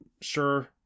sure